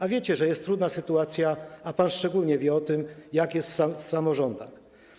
A wiecie, że jest trudna sytuacja, pan szczególnie wie o tym, jak jest w samorządach.